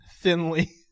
thinly